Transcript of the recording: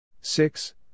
six